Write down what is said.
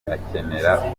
akenera